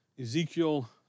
Ezekiel